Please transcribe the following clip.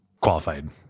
qualified